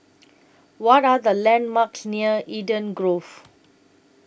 What Are The landmarks near Eden Grove